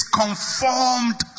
conformed